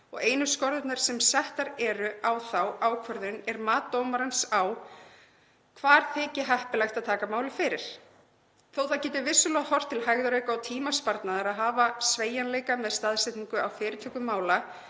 Einu skorðurnar sem settar eru við þá ákvörðun er mat dómarans á því hvar þyki heppilegt að taka málið fyrir. Þó það geti vissulega horft til hægðarauka og tímasparnaðar að hafa sveigjanleika með staðsetningu á fyrirtöku mála